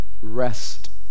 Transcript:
Rest